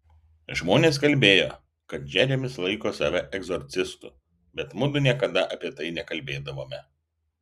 žmonės kalbėjo kad džeremis laiko save egzorcistu bet mudu niekada apie tai nekalbėdavome